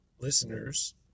listeners